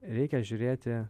reikia žiūrėti